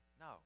No